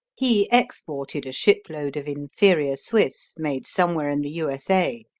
he exported a shipload of inferior swiss made somewhere in the u s a.